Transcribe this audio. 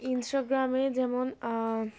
ইনস্টাগ্রামে যেমন